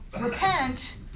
Repent